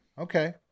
Okay